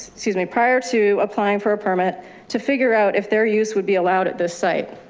excuse me, prior to applying for a permit to figure out if they're used, would be allowed at this site.